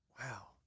Wow